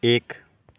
एक